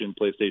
PlayStation